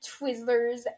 Twizzlers